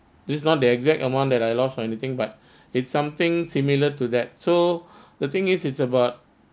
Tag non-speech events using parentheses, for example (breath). this not the exact amount that I lost or anything but (breath) it's something similar to that so (breath) the thing is it's about